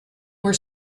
were